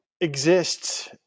exists